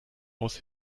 aus